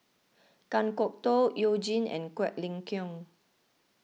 Kan Kwok Toh You Jin and Quek Ling Kiong